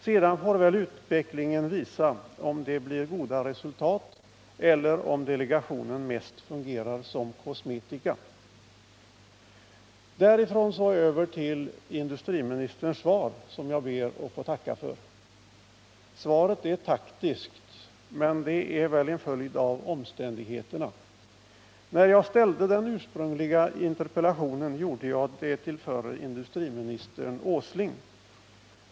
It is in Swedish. Sedan får väl utvecklingen visa om det blir goda resultat eller om delegationen mest fungerar som kosmetika.” Därifrån över till industriministerns svar, som jag ber att få tacka för. Svaret är taktiskt. Men det är väl en följd av omständigheterna. När jag framställde den ursprungliga interpellationen gjorde jag det till förre industriministern Åsling.